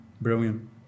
Brilliant